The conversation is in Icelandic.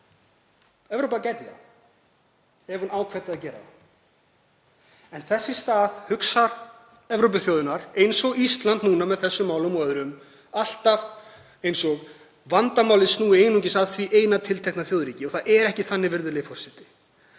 Evrópa gæti það ef hún ákveddi að gera það. Þess í stað hugsa Evrópuþjóðirnar, eins og Ísland núna í þessum málum og öðrum, alltaf eins og vandamálið snúi einungis að því eina tiltekna þjóðríki. Það er ekki þannig. Virðulegi forseti.